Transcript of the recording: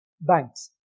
banks